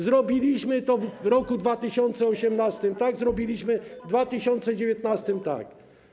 Zrobiliśmy to w roku 2018 - tak, zrobiliśmy w 2019 r. - tak.